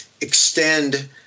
extend